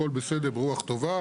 הכל בסדר ברוח טובה.